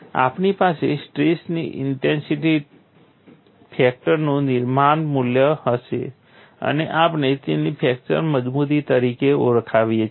આપણી પાસે સ્ટ્રેસની ઇન્ટેન્સિટી ફેક્ટરનું નિર્ણાયક મૂલ્ય હશે આપણે તેને ફ્રેક્ચર મજબૂતી તરીકે ઓળખાવીએ છીએ